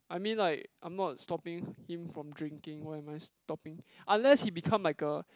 I mean like I'm not stopping him from drinking why am I stopping unless he become like a